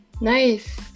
Nice